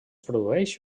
produeix